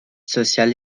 social